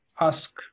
ask